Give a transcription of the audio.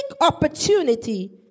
opportunity